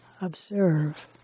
observe